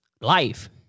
life